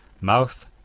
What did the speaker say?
mouth